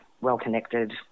well-connected